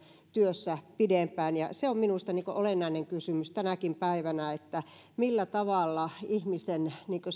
työssä pidempään se on minusta olennainen kysymys tänäkin päivänä millä tavalla ihmisten